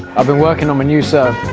been working on my new serve.